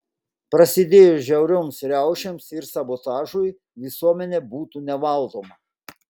prasidėjus žiaurioms riaušėms ir sabotažui visuomenė būtų nevaldoma